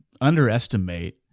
underestimate